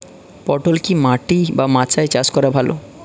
পটল কি মাটি বা মাচায় চাষ করা ভালো?